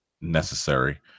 necessary